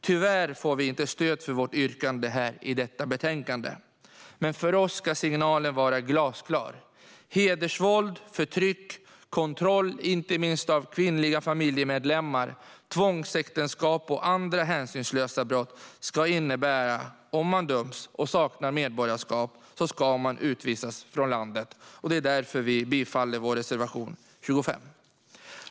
Tyvärr får vi inte stöd för vårt yrkande i detta betänkande, men för oss ska signalen vara glasklar: hedersvåld, förtryck, kontroll inte minst av kvinnliga familjemedlemmar, tvångsäktenskap och andra hänsynslösa brott ska innebära att man, om man döms och saknar medborgarskap, ska utvisas från landet. Det är därför vi yrkar bifall till vår reservation 25.